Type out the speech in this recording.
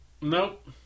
Nope